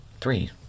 Three